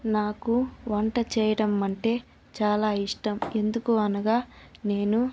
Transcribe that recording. నాకు వంట చేయడం అంటే చాలా ఇష్టం ఎందుకు అనగా నేను